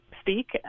speak